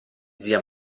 zia